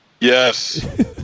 Yes